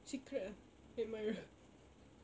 secret ah admirer